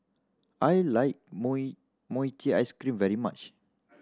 I like mochi ice cream very much